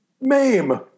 Mame